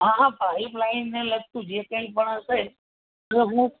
હા હા પાઈપલાઈન ને લગતું જે કંઈ પણ હશે એ હું